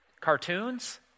cartoons